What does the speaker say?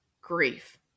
grief